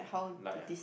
yeah like ah